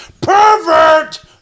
pervert